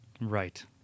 Right